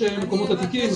מקומות עתיקים,